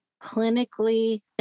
clinically